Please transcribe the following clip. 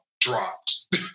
dropped